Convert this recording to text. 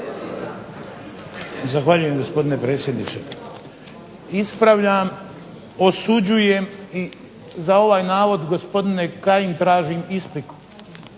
Zahvaljujem, gospodine predsjedniče. Ispravljam, osuđujem i za ovaj navod gospodine Kajin tražim ispriku.